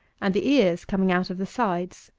and the ears coming out of the sides.